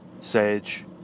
sage